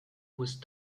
with